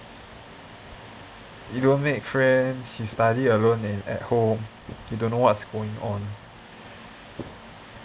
you don't make friends you study alone and at home you don't know what's going on